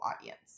audience